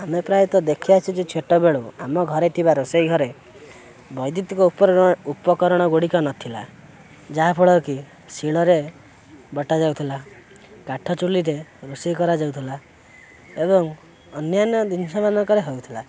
ଆମେ ପ୍ରାୟତଃ ଦେଖିଆସୁଛୁ ଯେ ଛୋଟବେଳୁ ଆମ ଘରେ ଥିବା ରୋଷେଇ ଘରେ ବୈଦ୍ୟୁତିକ ଉପକରଣ ଗୁଡ଼ିକ ନଥିଲା ଯାହାଫଳରେ କି ଶିଳରେ ବଟାଯାଉଥିଲା କାଠ ଚୁଲିରେ ରୋଷେଇ କରାଯାଉଥିଲା ଏବଂ ଅନ୍ୟାନ୍ୟ ଜିନିଷମାନଙ୍କରେ ହେଉଥିଲା